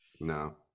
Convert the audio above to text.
No